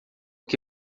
que